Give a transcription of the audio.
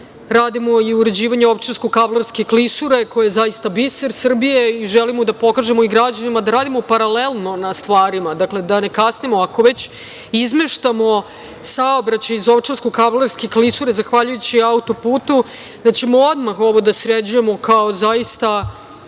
radimo i uređivanje Ovčarsko-Kablarske klisure koja je zaista biser Srbije i želimo da pokažemo građanima da radimo paralelno sa stvarima. Da ne kasnimo. Ako već izmeštamo saobraćaj iz Ovčarsko-Kablarske klisure zahvaljujući autoputu da ćemo odmah ovo da sređujemo kao izuzetnu